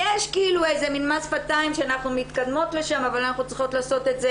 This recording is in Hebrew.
יש איזה מס שפתיים שאנחנו מתקדמות לשם אבל אנחנו צריכות לעשות את זה